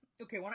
Okay